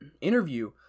interview